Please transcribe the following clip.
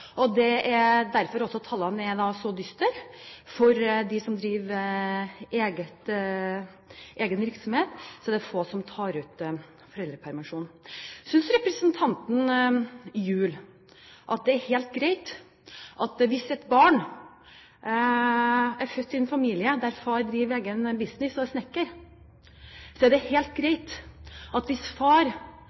og det er også derfor tallene er så dystre. For av dem som driver egen virksomhet, er det få som tar ut foreldrepermisjonen. Synes representanten Gjul det er helt greit at et barn som er født i en familie der far er snekker og driver egen business og